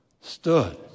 stood